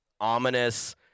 Ominous